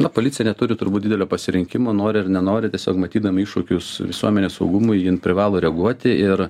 na policija neturi turbūt didelio pasirinkimo nori ar nenori tiesiog matydama iššūkius visuomenės saugumui jin privalo reaguoti ir